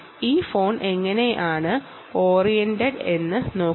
ഈ ഫോൺ എങ്ങനെയാണ് ഓറിയന്റഡ് എന്ന് നോക്കുക